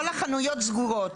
כל החנויות סגורות.